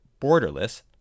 Borderless